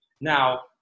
Now